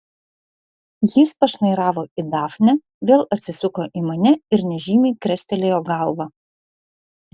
jis pašnairavo į dafnę vėl atsisuko į mane ir nežymiai krestelėjo galva